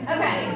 Okay